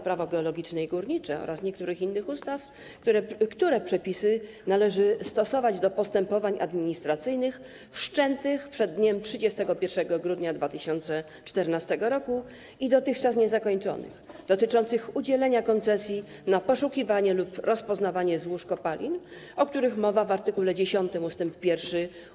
Prawo geologiczne i górnicze oraz niektórych innych ustaw, które przepisy należy stosować do postępowań administracyjnych wszczętych przed dniem 31 grudnia 2014 r. i dotychczas niezakończonych dotyczących udzielenia koncesji na poszukiwanie lub rozpoznawanie złóż kopalin, o których mowa w art. 10 ust. 1